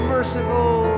Merciful